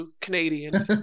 Canadian